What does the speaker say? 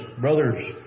brothers